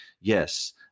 yes